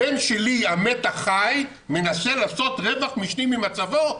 הבן שלי, המת החי, מנסה לעשות רווח משני ממצבו.